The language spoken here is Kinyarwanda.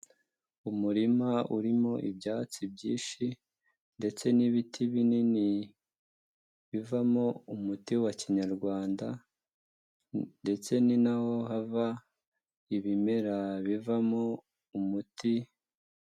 Umurima urimo ibyatsi byinshi ndetse n'ibiti binini bivamo umuti wa kinyarwanda ndetse ninaho hava ibimera bivamo umuti.